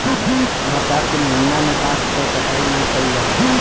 बरसात के महिना में बांस क कटाई ना कइल जाला